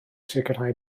sicrhau